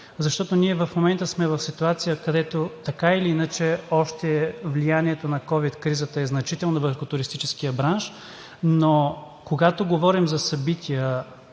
туризъм. В момента сме в ситуация, където така или иначе влиянието на ковид кризата още е значително върху туристическия бранш, но когато говорим за събития